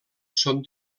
són